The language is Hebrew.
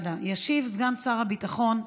ישיב סגן שר הביטחון.